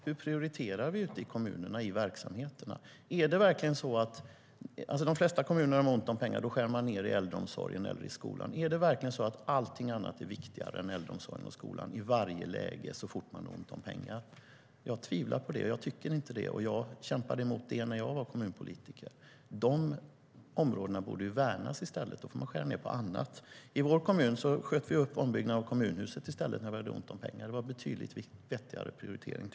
Hur prioriterar vi ute i kommunerna, i verksamheterna? När kommunerna har ont om pengar skär de flesta ned i äldreomsorgen eller i skolan. Är verkligen allt annat i varje läge viktigare än äldreomsorgen och skolan så fort man har ont om pengar? Jag tvivlar på det. Jag tycker inte att det är rätt. Jag kämpade emot det när jag var kommunpolitiker. De områdena bör i stället värnas, och man får skära ned på annat. I vår kommun sköt vi upp ombyggnaden av kommunhuset när vi hade ont om pengar. Det var en betydligt vettigare prioritering.